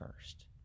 first